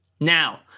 Now